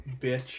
bitch